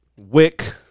Wick